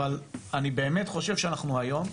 אבל אני באמת חושב שאנחנו היום,